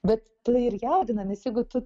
bet tai ir jaudina nes jeigu tu